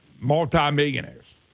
multi-millionaires